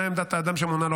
מה עמדת האדם שמונה לו